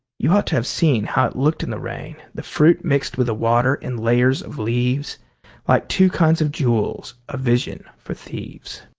you ought to have seen how it looked in the rain, the fruit mixed with water in layers of leaves, like two kinds of jewels, a vision for thieves.